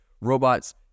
robots